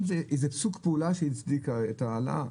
אם זה סוג פעולה שהצדיקה את ההעלאה,